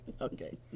okay